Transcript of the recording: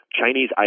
Chinese